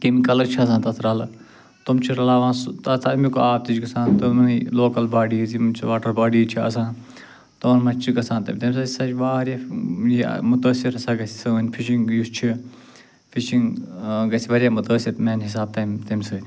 chemicals چھِ آسان تتھ رَلہٕ تِم چھِ رَلاوان سُہ تَمیُک آب تہِ چھُ گژھان تِمنٕے لوکل باڈیٖز یِم چھِ واٹَر باڈیٖز چھِ آسان تِمن منٛز چھِ گژھان تہٕ تَمہِ سۭتۍ ہسا چھِ یہِ واریاہ یہِ متٲثِر ہسا گژھِ سٲنۍ فِشِنٛگ یُس چھِ فِشِنٛگ گژھِ واریاہ متٲثر میٛانہِ حسابہٕ تَمہِ تَمہِ سۭتۍ